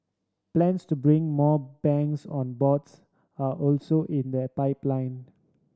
plans to bring more banks on boards are also in the pipeline